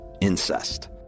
incest